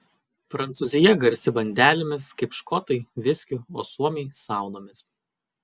prancūzija garsi bandelėmis kaip škotai viskiu o suomiai saunomis